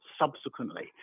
subsequently